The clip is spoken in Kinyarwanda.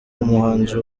umuhanzi